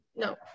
No